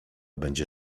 będzie